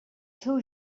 seu